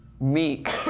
Meek